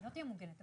היא לא תהיה מוגנת.